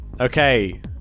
Okay